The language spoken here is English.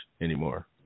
anymore